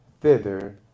thither